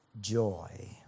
joy